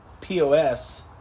POS